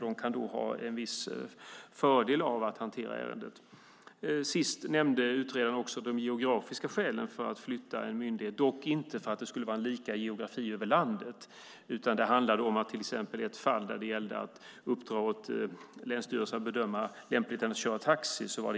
De kan då ha en viss fördel av att hantera ärendet. Sist nämnde utredaren också de geografiska skälen för att flytta en myndighet, dock inte för att det skulle vara lika geografi över landet. Det handlade till exempel om ett fall där det gällde att uppdra åt länsstyrelsen att bedöma lämpligheten att köra taxi.